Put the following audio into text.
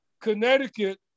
Connecticut